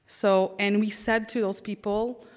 so and we said to those people,